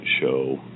Show